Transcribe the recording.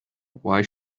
why